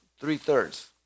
three-thirds